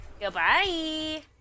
goodbye